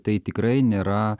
tai tikrai nėra